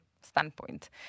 standpoint